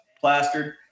plastered